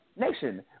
Nation